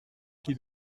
qui